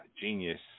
genius